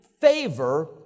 favor